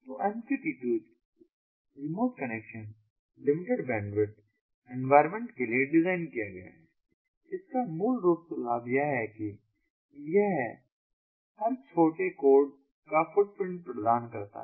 तो MQTT remote connection limited bandwidth environment के लिए डिज़ाइन किया गया है इसका मूल रूप से लाभ यह है कि यह हर छोटे कोड का फुट प्रिंट प्रदान करता है